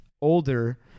older